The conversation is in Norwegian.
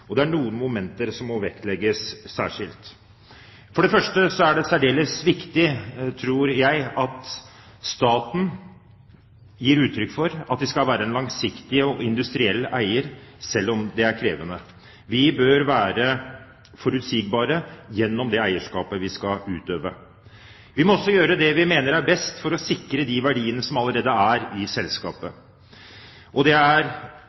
og det er noen momenter som må vektlegges særskilt. For det første er det særdeles viktig, tror jeg, at staten gir uttrykk for at de skal være en langsiktig og industriell eier, selv om det er krevende. Vi bør være forutsigbare gjennom det eierskapet vi skal utøve. Vi må også gjøre det vi mener er best for å sikre de verdiene som allerede er i selskapet. Det er mye av det som nettopp er